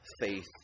faith